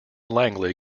langley